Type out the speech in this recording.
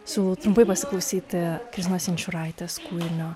siūlau trumpai pasiklausyti kristinos inčiūraitės kūrinio